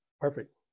Perfect